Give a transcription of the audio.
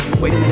Wait